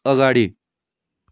अगाडि